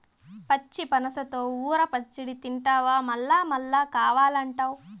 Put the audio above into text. పచ్చి పనసతో ఊర పచ్చడి తింటివా మల్లమల్లా కావాలంటావు